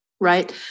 Right